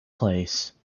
place